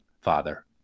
Father